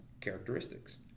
characteristics